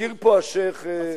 מאה אחוז.